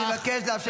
אני מבקש לאפשר לדבר.